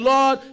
Lord